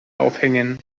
aufhängen